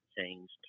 changed